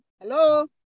Hello